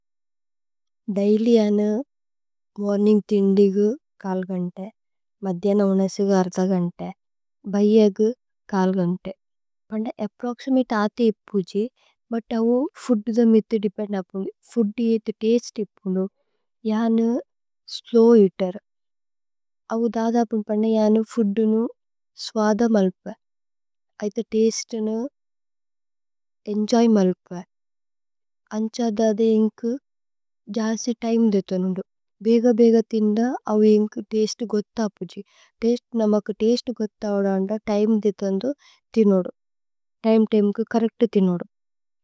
ദൈല്യ് അനു മോര്നിന്ഗ് ഥിന്ദി ഗു കാല് ഗന്തേ। മധ്യന ഉനസു ഗു അര്ഥ ഗന്തേ ബൈയ ഗു। കാല് ഗന്തേ പന്ന അപ്പ്രോക്സിമതേ ആഥേ ഇപ്പുജി। ബുത് അവു ഫൂദ്ദ മേഇഥു ദേപേന്ദ് അപു ഫൂദ്ദ। യേഇഥു തസ്തേ ഇപ്പുനു അനു സ്ലോവ് ഏഅതേര് അവു। ദാദ അപുന് പന്ന അനു ഫൂദ്ദു നു സ്വാദ മല്പേ। ഐഥ തസ്തേ നു ഏന്ജോയ് മല്പേ। അന്ഛ ദാദ ഏന്കു ജസി തിമേ ദിഥനുദു ഭേഗ। ബേഗ ഥിന്ദ അവു ഏന്കു തസ്തേ ഗോത്ഥ അപുജി। നമക തസ്തേ ഗോത്ഥ അവുദന്ദ തിമേ ദിഥനുദു। ഥിനുദു തിമേ തിമേകു ചോര്രേച്തു ഥിനുദു।